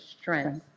strength